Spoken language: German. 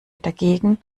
dagegen